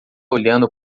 olhando